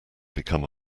become